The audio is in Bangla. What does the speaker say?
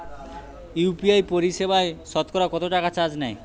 ইউ.পি.আই পরিসেবায় সতকরা কতটাকা চার্জ নেয়?